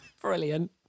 Brilliant